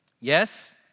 Yes